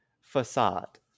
facade